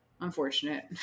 unfortunate